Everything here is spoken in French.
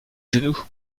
genou